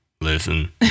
Listen